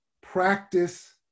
practice